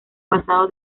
pasado